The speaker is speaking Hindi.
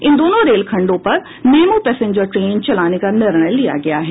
इन दोनों रेलखण्डों पर मेमू पैसेंजर ट्रेन चलाने का निर्णय लिया गया है